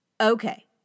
Okay